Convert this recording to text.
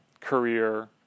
career